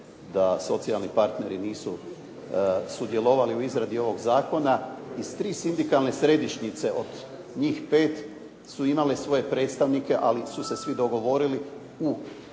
da socijalni partneri nisu sudjelovali u izradi ovog zakona. Iz tri sindikalne središnjice od njih pet su imale svoje predstavnike ali su se svi dogovorili